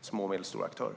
små och medelstora aktörer.